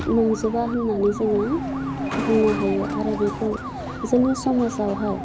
नंजोबा होननानै जोङो बुंनो हायो आरो बेखौ जोंनि समाजावहाय